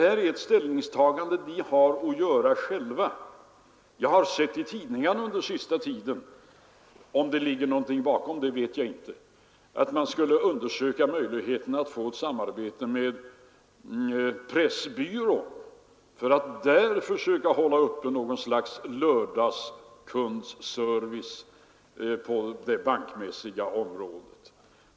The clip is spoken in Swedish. Detta är ett ställningstagande som var och en har att göra själv. Jag har sett i tidningarna under den senaste tiden — men om det ligger någonting bakom det vet jag inte — att man från privatbankernas sida skulle undersöka möjligheterna till samarbete med Pressbyrån för att där försöka upprätthålla något slags lördagskundservice på det bankmässiga området.